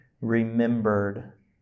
remembered